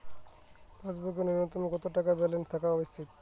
পাসবুকে ন্যুনতম কত টাকা ব্যালেন্স থাকা আবশ্যিক?